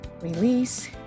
release